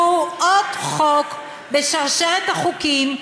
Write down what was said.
והוא עוד חוק בשרשרת החוקים,